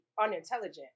unintelligent